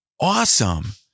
awesome